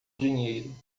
dinheiro